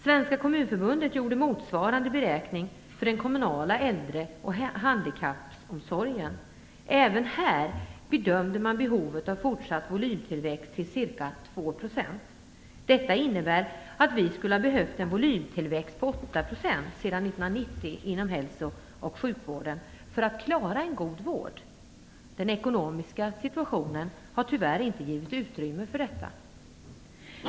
Svenska kommunförbundet gjorde motsvarande beräkning för den kommunala äldre och handikappomsorgen. Även här bedömde man behovet av fortsatt volymtillväxt till ca 2 %. Detta innebär att vi skulle ha behövt en volymtillväxt på 8 % sedan 1990 inom hälso och sjukvården för att klara en god vård. Den ekonomiska situationen har tyvärr inte givit utrymme för detta.